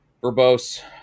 verbose